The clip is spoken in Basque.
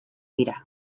dira